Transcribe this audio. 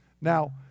Now